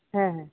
ᱦᱮᱸ ᱦᱮᱸ